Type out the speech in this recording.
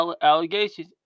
allegations